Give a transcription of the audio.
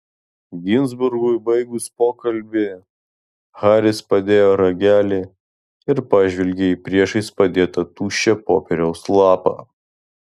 ginzburgui baigus pokalbį haris padėjo ragelį ir pažvelgė į priešais padėtą tuščią popieriaus lapą